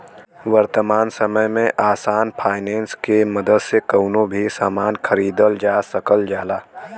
वर्तमान समय में आसान फाइनेंस के मदद से कउनो भी सामान खरीदल जा सकल जाला